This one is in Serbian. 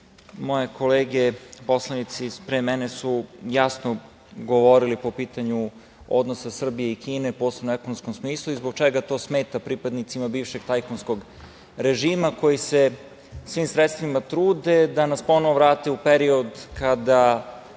moje kolege poslanici pre mene su jasno govorili po pitanju odnosa Srbije i Kine, posebno u ekonomskom smislu i zbog čega to smeta pripadnicima bivšeg tajkunskog režima, koji se svim sredstvima trude da nas ponovo vrate u period kada